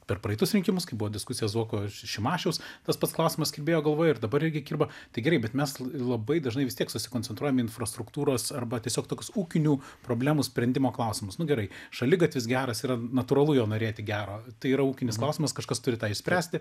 per praeitus rinkimus kaip buvo diskusijos zuoko šimašiaus tas pats klausimas kabėjo galvoje ir dabar irgi kiba tai gerai bet mes labai dažnai vis tiek susikoncentruojam į infrastruktūros arba tiesiog toks ūkinių problemų sprendimo klausimus nu gerai šaligatvis geras yra natūralu jo norėti gero tai yra ūkinis klausimas kažkas turi tą išspręsti